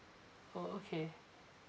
oh okay